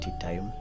time